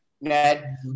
Ned